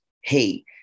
Hey